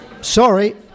Sorry